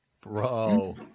bro